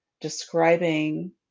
describing